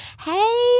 hey –